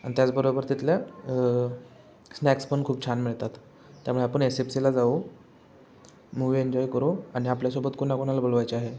आणि त्याचबरोबर तिथल्या स्नॅक्स पण खूप छान मिळतात त्यामुळे आपण एस एफ सीला जाऊ मूवी एन्जॉय करू आणि आपल्यासोबत कोणाकोणाला बोलवायचे आहे